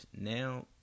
now